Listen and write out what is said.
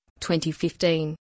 2015